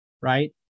right